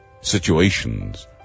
situations